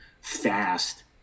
fast